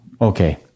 Okay